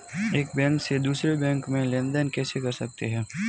एक बैंक से दूसरे बैंक में लेनदेन कैसे कर सकते हैं?